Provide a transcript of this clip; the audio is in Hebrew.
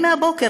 אני מהבוקר,